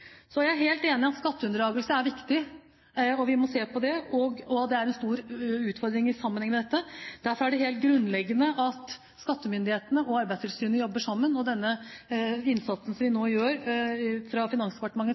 Så er jeg helt enig i at skatteunndragelse er viktig. Vi må se på det, og det er en stor utfordring i sammenheng med dette. Derfor er det helt grunnleggende at skattemyndighetene og Arbeidstilsynet jobber sammen, og den innsatsen som de nå gjør fra